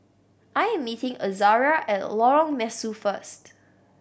I am meeting Azaria at Lorong Mesu first